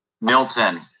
Milton